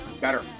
better